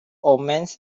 omens